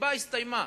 הסיבה הסתיימה.